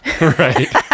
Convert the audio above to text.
right